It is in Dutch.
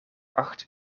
acht